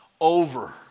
over